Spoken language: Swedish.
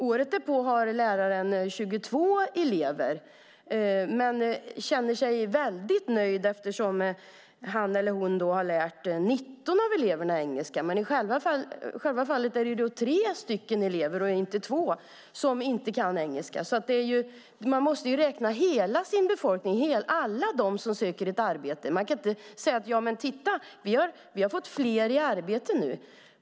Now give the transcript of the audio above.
Året därpå har läraren 22 elever men känner sig väldigt nöjd eftersom han har lärt 19 av eleverna engelska. Men i själva verket är det 3 elever som inte kan engelska. Man måste ju räkna hela sin befolkning, alla dem som söker ett arbete. Man kan inte säga: Ja, men titta, vi har fått fler i arbete nu!